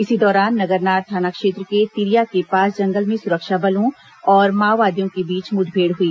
इसी दौरान नगरनार थाना क्षेत्र के तिरिया के पास जंगल में सुरक्षा बलों और माओवदियों के बीच मुठभेड़ हुई